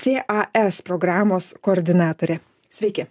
cas programos koordinatorė sveiki